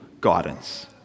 guidance